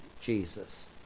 Jesus